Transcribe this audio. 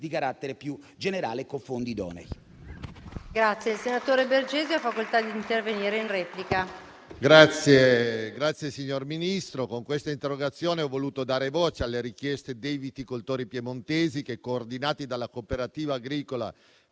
di carattere più generale e con fondi idonei.